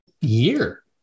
year